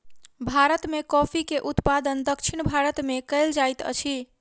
भारत में कॉफ़ी के उत्पादन दक्षिण भारत में कएल जाइत अछि